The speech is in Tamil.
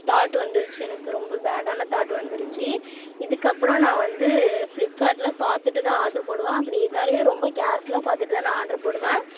தாட் வந்துடுச்சி எனக்கு ரொம்ப பேடான தாட்டு வந்துடுச்சி இதுக்கு அப்புறம் நான் வந்து ஃப்ளிப்கார்ட்டில் பார்த்துட்டுதான் ஆர்ட்ரு போடுவேன் அப்படி இருந்தாலும் ரொம்ப கேர்ஃபுல்லாக பார்த்துட்டுதான் நான் ஆர்ட்ரு போடுவேன்